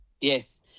Yes